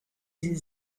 sie